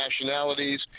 nationalities